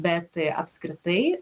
bet apskritai